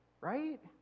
Right